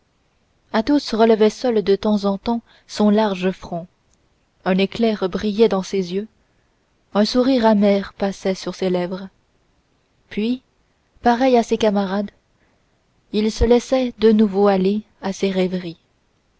baissée athos relevait seul de temps en temps son large front un éclair brillait dans ses yeux un sourire amer passait sur ses lèvres puis pareil à ses camarades il se laissait de nouveau aller à ses rêveries